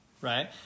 right